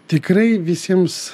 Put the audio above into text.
tikrai visiems